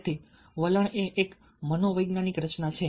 તેથી વલણ એ એક મનોવૈજ્ઞાનિક રચના છે